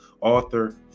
author